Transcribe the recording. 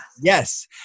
Yes